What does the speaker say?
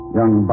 Young